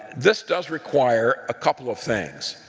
this does require a couple of things.